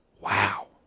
Wow